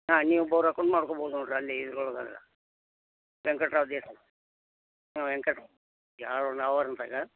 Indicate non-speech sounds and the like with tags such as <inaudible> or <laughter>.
ಹಾಂ ನೀವು ಬೋರ್ ಹಾಕೊಂಡು ಮಾಡ್ಕೊಳ್ಬೋದು ನೋಡ್ರಿ ಅಲ್ಲಿ ಇದ್ರೊಳಗೆ ವೆಂಕಟ್ರಾದಿ ಐತಲ್ಲ ಹಾಂ ವೆಂಕಟ <unintelligible>